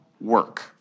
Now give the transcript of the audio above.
work